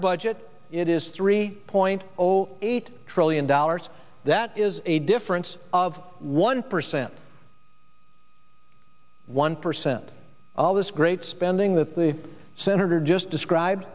budget it is three point zero eight trillion dollars that is a difference of one percent one percent of all this great spending that the senator just described